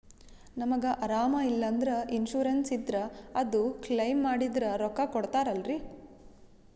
ನಮಗ ಅರಾಮ ಇಲ್ಲಂದ್ರ ಇನ್ಸೂರೆನ್ಸ್ ಇದ್ರ ಅದು ಕ್ಲೈಮ ಮಾಡಿದ್ರ ರೊಕ್ಕ ಕೊಡ್ತಾರಲ್ರಿ?